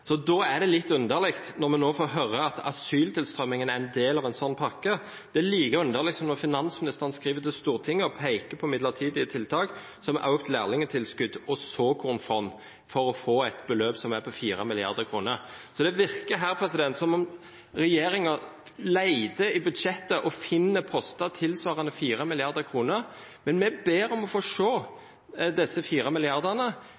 Da er det litt underlig at vi nå får høre at asyltilstrømmingen er en del av en sånn pakke. Det er like underlig som når finansministeren skriver til Stortinget og peker på midlertidige tiltak, som er økt lærlingtilskudd og såkornfond for å få et beløp som er på 4 mrd. kr. Det virker her som om regjeringen leter i budsjettet og finner poster tilsvarende 4 mrd. kr. Men vi ber om å få se disse 4 milliardene